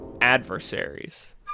Adversaries